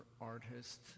artist